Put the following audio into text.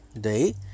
day